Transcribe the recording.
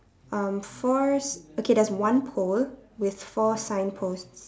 um four okay there's one pole with four signposts